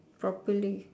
properly